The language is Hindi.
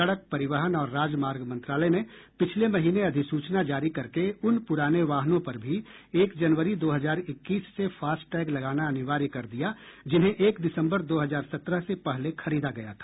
सड़क परिवहन और राजमार्ग मंत्रालय ने पिछले महीने अधिसूचना जारी करके उन पुराने वाहनों पर भी एक जनवरी दो हजार इक्कीस से फास्टैग लगाना अनिवार्य कर दिया जिन्हें एक दिसम्बर दो हजार सत्रह से पहले खरीदा गया था